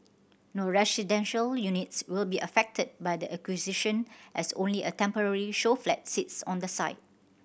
no residential units will be affected by the acquisition as only a temporary show flat sits on the site